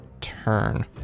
turn